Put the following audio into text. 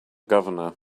governor